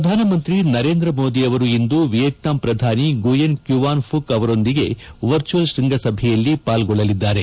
ಪ್ರಧಾನಮಂತ್ರಿ ನರೇಂದ್ರ ಮೋದಿ ಇಂದು ವಿಯಟ್ನಾಂ ಪ್ರಧಾನಿ ಗುಯೆನ್ ಕ್ಯುವಾನ್ ಫುಕ್ ಅವರೊಂದಿಗೆ ವರ್ಚುಯಲ್ ಶ್ವಂಗ ಸಭೆಯಲ್ಲಿ ಪಾಲ್ಲೊಳ್ಳಲಿದ್ದಾರೆ